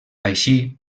així